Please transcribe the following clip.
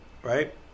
right